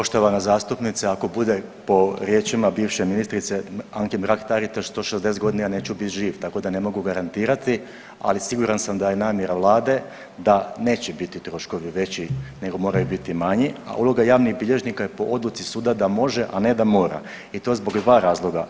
Poštovana zastupnice, ako bude po riječima bivše ministrice Anke Mrak-Taritaš, ja neću bit živ, tako da ne mogu garantirati, ali siguran sam da je namjera Vlade da neće biti troškovi veći nego moraju biti manji, a uloga javnih bilježnika je po odluci suda da može, a ne da mora i to zbog dva razloga.